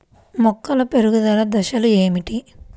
మొక్కల పెరుగుదల దశలు ఏమిటి?